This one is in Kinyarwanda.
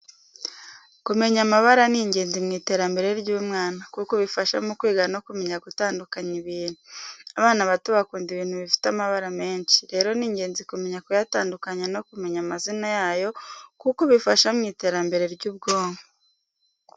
Kumenya amabara ni ingenzi mu iterambere ry'umwana, kuko bifasha mu kwiga no kumenya gutandukanya ibintu. Abana bato bakunda ibintu bifite amabara menshi, rero ni ingenzi kumenya kuyatandukanya ko kumenya amazina yayo kuko bifasha mu iterambere ry'ubwonko.